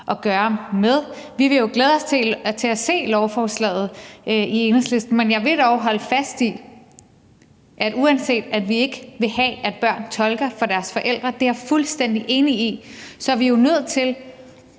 i Enhedslisten vil jo glæde os til at se lovforslaget, men jeg vil dog holde fast i, at uanset at vi ikke vil have, at børn tolker for deres forældre – det er jeg fuldstændig enig i – er vi jo nødt til